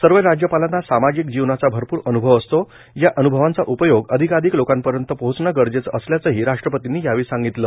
सर्व राज्यपालांना सामाजिक जीवनाचा भरपूर अन्भव असतो या अन्भवांचा उपयोग अधिकाधिक लोकांपर्यंत पोहोचणं गरजेचं असल्याचंही राष्ट्रपतींनी यावेळी सांगितलं